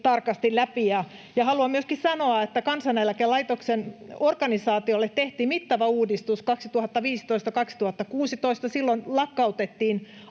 tarkasti läpi. Haluan myöskin sanoa, että Kansaneläkelaitoksen organisaatiolle tehtiin mittava uudistus 2015—2016. Silloin lakkautettiin